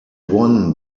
won